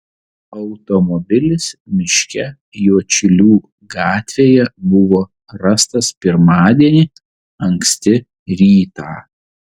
automobilis miške juodšilių gatvėje buvo rastas pirmadienį anksti rytą